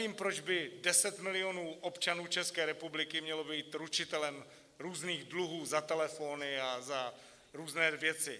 Nevím, proč by deset milionů občanů České republiky mělo být ručitelem různých dluhů za telefony a za různé věci.